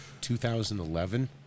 2011